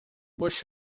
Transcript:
push